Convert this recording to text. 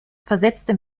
versetzte